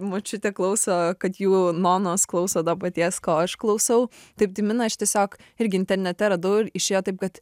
močiutė klauso kad jų nonos klauso to paties ko aš klausau taip tai miną aš tiesiog irgi internete radau ir išėjo taip kad